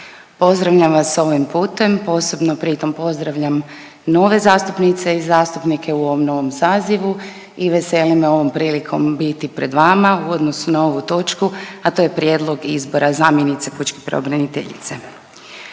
pozdravljam vas ovim putem. Posebno pritom pozdravljam nove zastupnike i zastupnike u ovom novom sazivu i veseli me ovom prilikom biti pred vama u odnosu na ovu točku, a to je Prijedlog izbora zamjenice pučke pravobraniteljice.